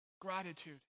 gratitude